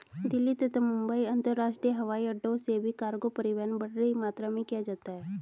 दिल्ली तथा मुंबई अंतरराष्ट्रीय हवाईअड्डो से भी कार्गो परिवहन बड़ी मात्रा में किया जाता है